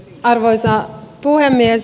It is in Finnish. arvoisa puhemies